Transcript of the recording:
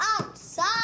outside